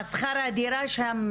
שכר הדירה שם,